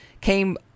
came